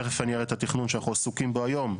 תיכף אני אראה את התכנון שאנחנו עסוקים בו היום.